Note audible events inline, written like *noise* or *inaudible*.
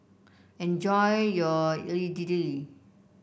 enjoy your *unintelligible*